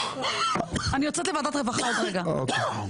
טלי.